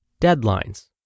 deadlines